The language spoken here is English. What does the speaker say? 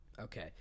Okay